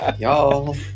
y'all